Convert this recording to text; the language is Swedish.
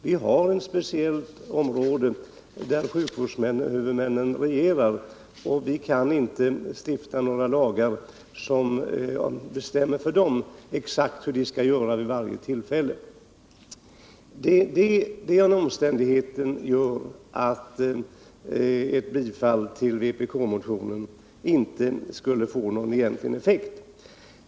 Vi har ett speciellt område där sjukvårdshuvudmännen regerar, och vi kan inte stifta några lagar som bestämmer hur de skall handla vid exakt varje tillfälle. Den omständigheten gör att ett bifall till vpk-motionen inte skulle få någon egentlig effekt.